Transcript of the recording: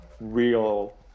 real